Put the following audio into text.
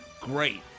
great